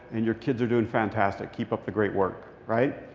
and your kids are doing fantastic. keep up the great work. right?